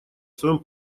своем